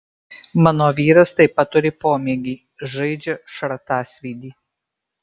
mano vyras taip pat turi pomėgį žaidžia šratasvydį